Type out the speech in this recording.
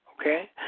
Okay